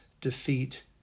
defeat